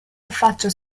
affaccia